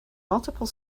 multiple